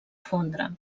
fondre